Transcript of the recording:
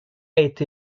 été